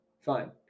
Fine